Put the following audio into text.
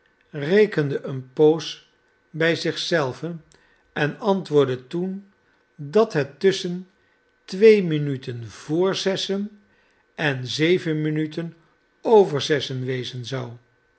rekende eene poos bij zich zelven en antwoordde toen dat het tusschen twee minuten voor zessen en zeven minuten over